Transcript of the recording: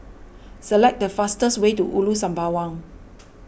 select the fastest way to Ulu Sembawang